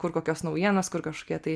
kur kokios naujienos kur kažkokie tai